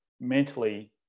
mentally